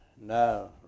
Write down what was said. now